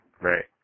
right